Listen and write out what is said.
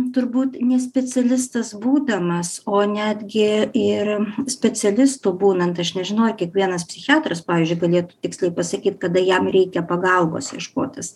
turbūt ne specialistas būdamas o netgi ir specialistu būnant aš nežinau ar kiekvienas psichiatras pavyzdžiui galėtų tiksliai pasakyt kada jam reikia pagalbos ieškotis